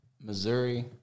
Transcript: Missouri